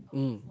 mm